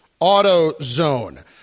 AutoZone